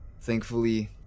Thankfully